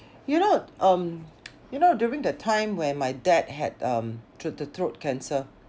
you know um you know during the time where my dad had um thr~ the throat cancer